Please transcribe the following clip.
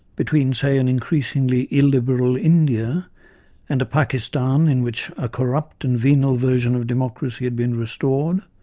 between, say, an increasingly illiberal india and a pakistan in which a corrupt and venal version of democracy had been restored,